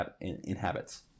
inhabits